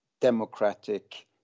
democratic